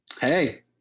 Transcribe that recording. hey